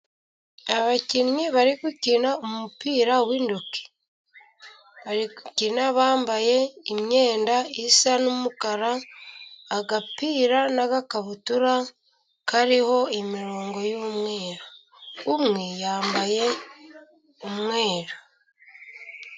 Abakinnyi bari gukina umupira w'intoki. Bari gukina bambaye imyenda isa n'umukara, agapira n'agakabutura kariho imirongo yumweru. Umwe yambaye umweru.